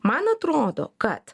man atrodo kad